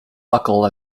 buckle